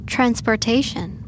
Transportation